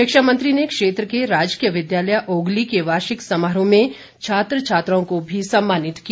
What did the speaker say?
शिक्षा मंत्री ने क्षेत्र के राजकीय विद्यालय ओगली के वार्षिक समारोह में छात्र छात्राओं को भी सम्मानित किया